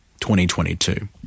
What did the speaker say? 2022